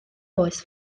oes